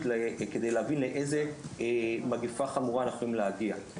כדי להבין לאיזו מגיפה חמורה אנחנו יכולים להגיע.